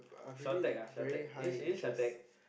Shatec ah Shatec is it is it Shatec